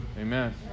Amen